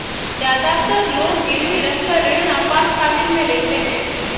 ज्यादातर लोग गिरवी रखकर ऋण आपातकालीन में लेते है